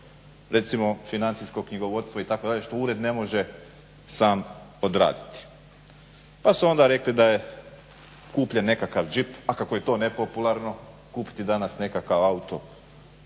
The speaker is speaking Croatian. Recimo financijsko knjigovodstvo itd. što ured ne može sam odraditi. Pa su onda rekli da je kupljen nekakav džip, a kako je to nepopularno kupiti danas nekakav auto